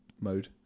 mode